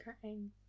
crying